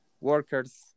workers